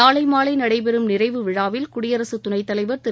நாளை மாலை நடைபெறும் நிறைவு விழாவில் குடியரசு துணைத் தலைவர் திரு